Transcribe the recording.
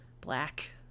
black